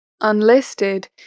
Unlisted